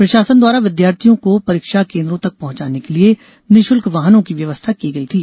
प्रशासन द्वारा विद्यार्थियों को परीक्षा केन्द्रों तक पहुंचाने के लिए निशुल्क वाहनों की व्यवस्था की गई थी